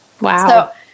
Wow